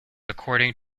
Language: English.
according